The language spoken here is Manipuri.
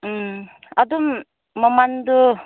ꯎꯝ ꯑꯗꯨꯝ ꯃꯃꯟꯗꯨ